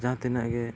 ᱡᱟᱦᱟᱸ ᱛᱤᱱᱟᱹᱜ ᱜᱮ